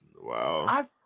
Wow